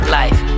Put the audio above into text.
life